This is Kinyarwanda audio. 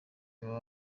baba